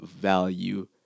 value